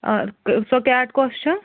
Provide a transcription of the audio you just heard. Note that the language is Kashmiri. آ کہٕ سۄ کیٹ کۄس چھِ